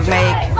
make